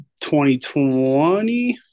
2020